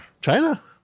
China